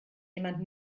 jemand